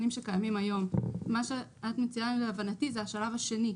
מציעה זה השלב השני.